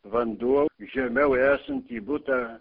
vanduo žemiau esantį butą